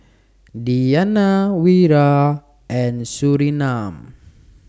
Diyana Wira and Surinam